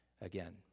again